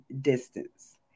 distance